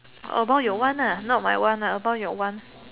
about your one lah not my one lah about your one